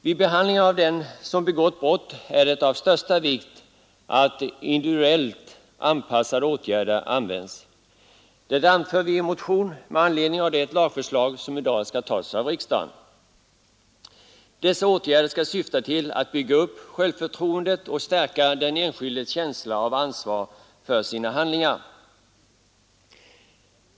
Vid behandlingen av dem som begått brott är det av största vikt att individuellt anpassade åtgärder används. Det anför vi i en motion med anledning av det lagförslag som i dag skall tas av riksdagen. Dessa åtgärder skall syfta till att bygga upp självförtroendet och stärka den enskildes känsla av ansvar för sina handlingar.